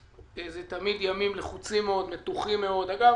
זה תמיד ימים לחוצים מאוד, מתוחים מאוד, אגב,